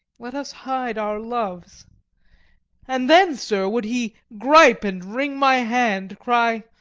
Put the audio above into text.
let us hide our loves and then, sir, would he gripe and wring my hand, cry,